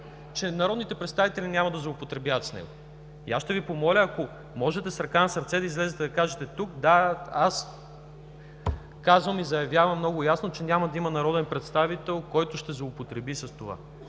че народните представители няма да злоупотребяват с него. Аз ще Ви помоля, ако можете с ръка на сърцето да излезете и да кажете тук: „Да, аз тук казвам много ясно и заявявам, че няма да има народен представител, който ще злоупотреби с това“.